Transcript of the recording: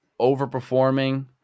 overperforming